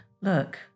Look